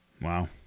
wow